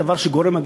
דבר שגורם,